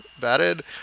batted